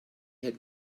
had